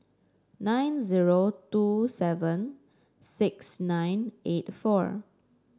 nine zero two seven six nine eight four